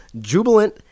jubilant